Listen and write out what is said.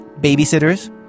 babysitters